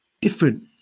different